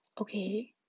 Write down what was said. okay